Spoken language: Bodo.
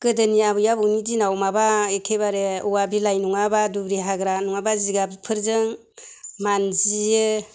गोदोनि आबै आबौनि दिनाव माबा एखेबारे औवा बिलाइ नङाबा दुब्रि हाग्रा नङाबा जिगाबफोरजों मानजियो